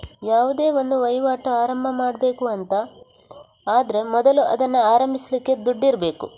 ಯಾವುದೇ ಒಂದು ವೈವಾಟು ಆರಂಭ ಮಾಡ್ಬೇಕು ಅಂತ ಆದ್ರೆ ಮೊದಲು ಅದನ್ನ ಆರಂಭಿಸ್ಲಿಕ್ಕೆ ದುಡ್ಡಿರ್ಬೇಕು